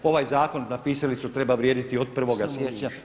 Ovaj zakon napisali su treba vrijediti od 1. siječnja.